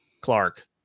Clark